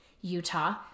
Utah